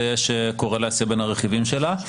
ויש קורלציה הרכיבים שלה.